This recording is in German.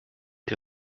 die